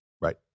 right